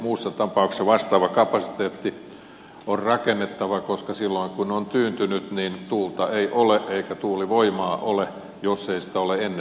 muussa tapauksessa vastaava kapasiteetti on rakennettava koska silloin kun on tyyntä tuulta ei ole eikä tuulivoimaa ole jos ei sitä ole ennestään varastoitu